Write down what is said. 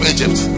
Egypt